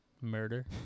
Murder